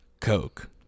coke